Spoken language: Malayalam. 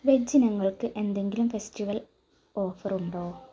വെജ് ഇനങ്ങൾക്ക് എന്തെങ്കിലും ഫെസ്റ്റിവൽ ഓഫറുണ്ടോ